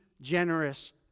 generous